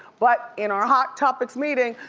but in our hot topics meeting,